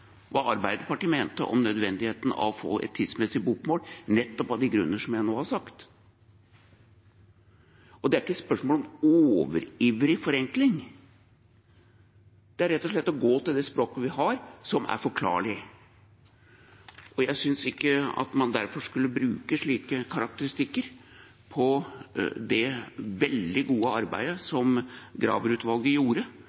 hva Arbeiderpartiet mente om nødvendigheten av å få et tidsmessig bokmål, nettopp av de grunner som jeg nå har sagt. Og det er ikke spørsmål om overivrig forenkling. Det er rett og slett å gå til det språket vi har, som er forklarlig. Jeg synes derfor ikke at man skal bruke slike karakteristikker på det veldig gode arbeidet